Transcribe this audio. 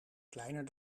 kleiner